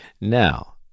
Now